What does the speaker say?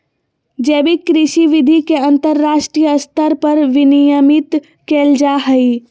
जैविक कृषि विधि के अंतरराष्ट्रीय स्तर पर विनियमित कैल जा हइ